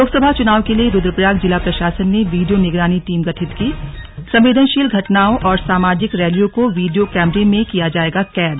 लोकसभा चुनाव के लिए रुद्रप्रयाग जिला प्रशासन ने वीडियो निगरानी टीम गठित कीसंवेदनशील घटनाओं और सामाजिक रैलियों को वीडियो कैमरे में किया जाएगा कैद